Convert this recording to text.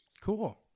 Cool